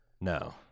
No